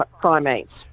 primates